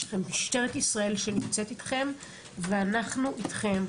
יש לכם את משטרת ישראל שהיא נמצאת אתכם ואנחנו אתכם,